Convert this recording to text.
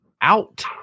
out